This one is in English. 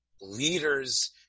leaders